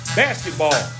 basketball